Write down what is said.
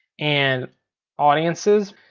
and audiences.